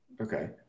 Okay